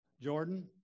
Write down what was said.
jordan